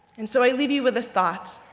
and so, i leave you with this thought